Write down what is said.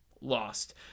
lost